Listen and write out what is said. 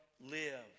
live